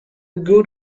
good